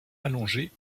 allongé